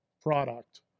product